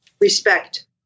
respect